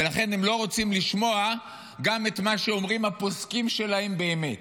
ולכן הם לא רוצים לשמוע גם את מה שאומרים הפוסקים שלהם באמת.